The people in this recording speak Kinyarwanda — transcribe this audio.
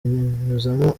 nyuzamo